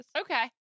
Okay